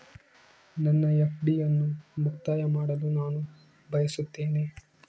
ನನ್ನ ಎಫ್.ಡಿ ಅನ್ನು ಮುಕ್ತಾಯ ಮಾಡಲು ನಾನು ಬಯಸುತ್ತೇನೆ